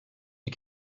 you